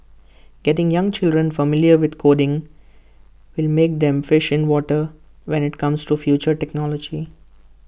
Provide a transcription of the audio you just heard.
getting young children familiar with coding will make them fish in water when IT comes to future technology